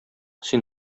син